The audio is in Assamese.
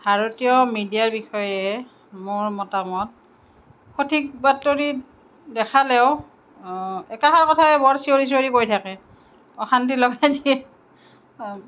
ভাৰতীয় মিডিয়াৰ বিষয়ে মোৰ মতামত সঠিক বাতৰি দেখালেও একেষাৰ কথাকে বৰ চিঞৰি চিঞৰি কৈ থাকে অশান্তি লগাই দিয়ে